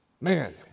man